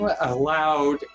allowed